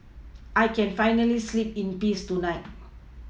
I can finally sleep in peace tonight